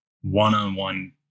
one-on-one